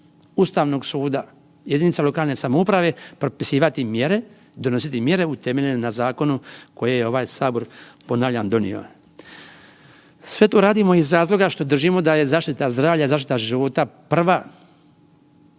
Ustavnog suda, jedinica lokalne samouprave propisivati mjere, donositi mjere utemeljene na zakonu koje je ovaj sabor ponavljam donio. Sve to radimo iz razloga što držimo da je zaštita zdravlja i zaštita život prva